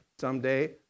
Someday